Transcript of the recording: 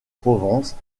provence